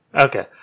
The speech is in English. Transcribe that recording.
Okay